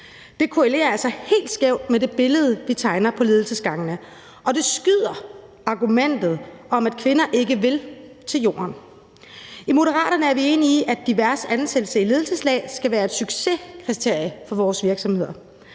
Det korrelerer altså helt skævt med det billede, vi tegner på ledelsesgangene, og det skyder argumentet om, at kvinder ikke vil, til jorden. I Moderaterne er vi enige i, at diversitet i ansættelsen i ledelseslag skal være et succeskriterie for vores virksomheder,